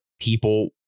people